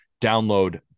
Download